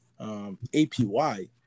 APY